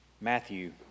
Matthew